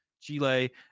chile